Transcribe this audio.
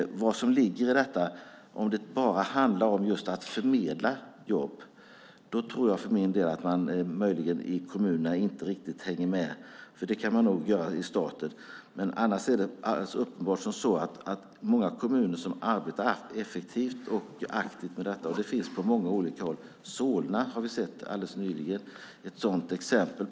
Handlar det bara om att just förmedla jobb? Då tror jag för min del att man möjligen i kommunerna inte riktigt hänger med. Det kan man nog göra i staten. Annars är det uppenbart att många kommuner arbetar effektivt och aktivt med detta. Det finns på många olika håll. I Solna har vi alldeles nyligen sett ett sådant exempel.